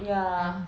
ya